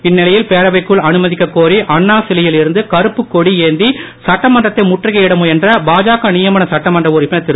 இந்நிலையில் பேரவைக்குள் அனுமதிக் கோரி அண்ணா சிபையில் இருந்து கருப்பு கொடி ஏந்தி சட்டமன்றத்தை முற்றுகையிட முயன்ற பாஜக நியமன சட்டமன்ற உறுப்பினர் திரு